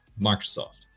microsoft